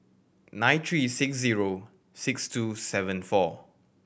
nine three six zero six two seven four